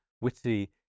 witty